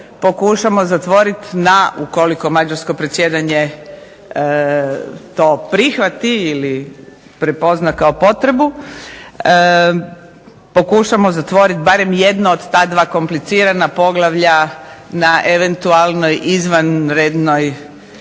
pokušamo zatvoriti na, ukoliko mađarsko predsjedanje to prihvati ili prepozna kao potrebu, pokušamo zatvoriti barem jedno od ta 2 komplicirana poglavlja na eventualnoj izvanrednoj